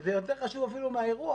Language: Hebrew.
וזה יותר חשוב אפילו מהאירוע